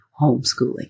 homeschooling